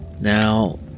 Now